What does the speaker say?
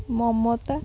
ମମତା